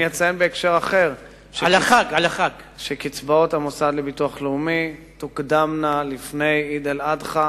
אציין בהקשר אחר שקצבאות המוסד לביטוח לאומי תוקדמנה לפני עיד אל-אדחא,